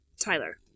Tyler